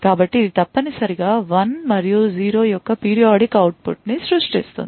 కాబట్టి ఇది తప్పనిసరిగా 1 మరియు 0 యొక్క periodic output ని సృష్టిస్తుంది